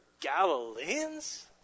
Galileans